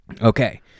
Okay